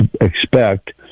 expect